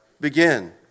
begin